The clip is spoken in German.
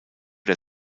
der